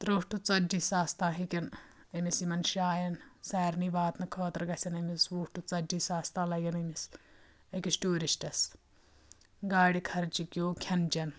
ترٕٛہ ٹو ژدجی ساس تانۍ ہیٚکن أمِس یِمَن جایَن سارنٕے واتنہٕ خٲطرٕ گژھن أمِس وُہ ٹو ژدجی ساس تانۍ لَگن أمِس أکِس ٹورِسٹس گاڑِخرچہِ کیو کھیِن چٮ۪ن